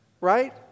right